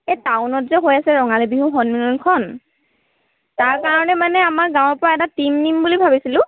এই টাউনত যে হৈ আছে ৰঙালী বিহু সন্মিলনখন তাৰ কাৰণে মানে আমাৰ গাঁৱৰ পৰা এটা টিম নিম বুলি ভাৱিছিলোঁ